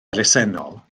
elusennol